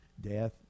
death